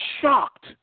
shocked